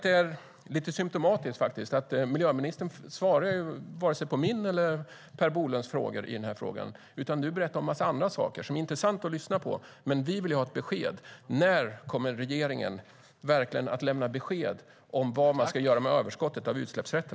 Det är lite symtomatiskt att miljöministern varken svarar på mina eller Per Bolunds frågor utan berättar en massa andra saker. Det är visserligen intressant att lyssna på, men det vi vill ha svar på är när regeringen kommer att lämna besked om vad man ska göra med överskottet av utsläppsrätter.